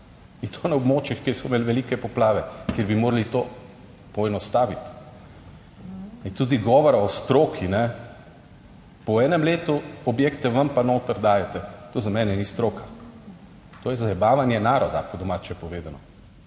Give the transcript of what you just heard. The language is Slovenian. in to na območjih, kjer so imeli velike poplave, kjer bi morali to poenostaviti. In tudi govora o stroki, ne, po enem letu objekte vam pa noter dajete - to za mene ni stroka, to je zajebavanje naroda po domače povedano.